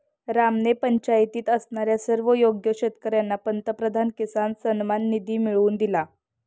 रामने पंचायतीत असणाऱ्या सर्व योग्य शेतकर्यांना पंतप्रधान किसान सन्मान निधी मिळवून दिला